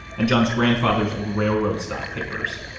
and john's grandfather's old railroad stock papers.